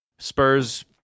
Spurs